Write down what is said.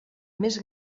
més